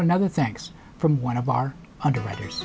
another thanks from one of our underwriters